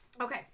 Okay